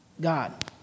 God